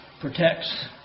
protects